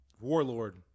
warlord